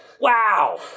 Wow